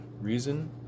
reason